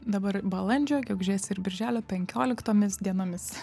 dabar balandžio gegužės ir birželio penkioliktomis dienomis